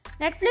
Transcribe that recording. Netflix